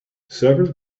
several